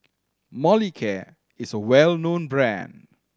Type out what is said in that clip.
Molicare is a well known brand